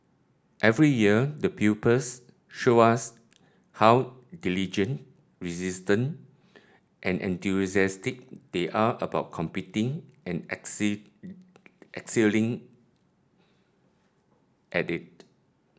every year the pupils show us how diligent resilient and enthusiastic they are about competing and excelling at it